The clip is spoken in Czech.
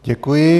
Děkuji.